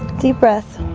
deep breath